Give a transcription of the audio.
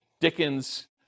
Dickens